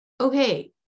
okay